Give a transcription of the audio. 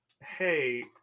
hey